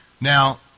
Now